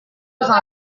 vous